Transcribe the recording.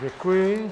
Děkuji.